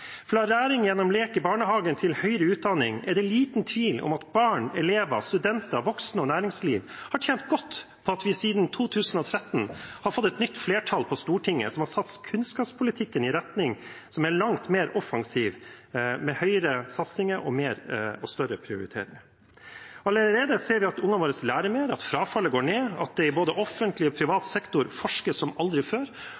Fra læring gjennom lek i barnehagen til høyere utdanning er det liten tvil om at barn, elever, studenter, voksne og næringsliv har tjent godt på at vi siden 2013 har fått et nytt flertall på Stortinget som har tatt kunnskapspolitikken i en retning som er langt mer offensiv, med høyere satsinger og flere og større prioriteringer. Allerede ser vi at ungene våre lærer mer, at frafallet går ned, at det i både offentlig og